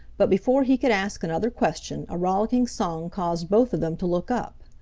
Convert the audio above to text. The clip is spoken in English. but before he could ask another question a rollicking song caused both of them to look up.